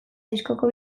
diskoko